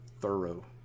thorough